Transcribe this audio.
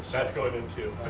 that's going in too.